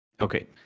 Okay